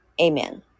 amen